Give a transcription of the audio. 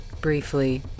briefly